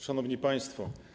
Szanowni Państwo!